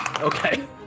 Okay